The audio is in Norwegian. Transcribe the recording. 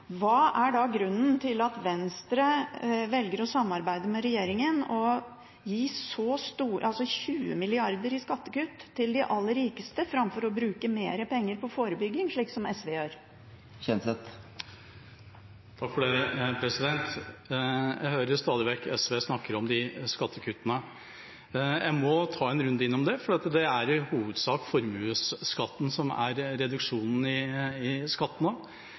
Hva er da grunnen til at Venstre velger å samarbeide med regjeringen og gi så store skattekutt – 20 mrd. kr – til de aller rikeste framfor å bruke mer penger på forebygging, slik SV gjør? Jeg hører stadig vekk SV snakke om disse skattekuttene. Jeg må ta en runde innom det, for det er i hovedsak formuesskatten som er reduksjonen i skattene. Ute i